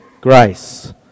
Grace